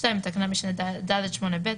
(2)בתקנת משנה (ד)(8)(ב),